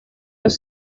los